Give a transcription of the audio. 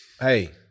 Hey